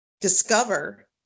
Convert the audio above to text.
discover